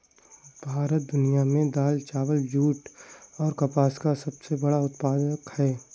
भारत दुनिया में दाल, चावल, दूध, जूट और कपास का सबसे बड़ा उत्पादक है